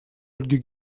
ольге